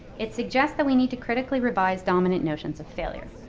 it suggests that we need to critically revise dominant notions of failure.